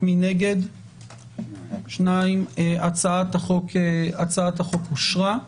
הצבעה בעד 4 נגד 2 נמנעים אין ההצעה אושרה הצעת החוק אושרה.